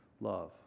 love